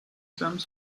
some